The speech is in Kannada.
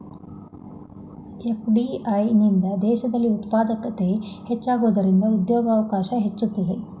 ಎಫ್.ಡಿ.ಐ ನಿಂದ ದೇಶದಲ್ಲಿ ಉತ್ಪಾದಕತೆ ಹೆಚ್ಚಾಗುವುದರಿಂದ ಉದ್ಯೋಗವಕಾಶ ಹೆಚ್ಚುತ್ತದೆ